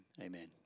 Amen